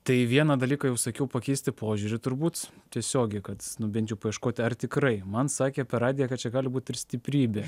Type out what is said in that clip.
tai vieną dalyką jau sakiau pakeisti požiūrį turbūt tiesiogiai kad nu bent jau paieškoti ar tikrai man sakė per radiją kad čia gali būt ir stiprybė